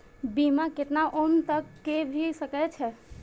बीमा केतना उम्र तक के भे सके छै?